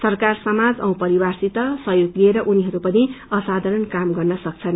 सरकार समाज औ परिवारसित संगयोग लिएर उनीहरू पिन काम गर्न सक्छन्